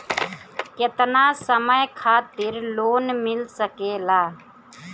केतना समय खातिर लोन मिल सकेला?